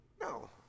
No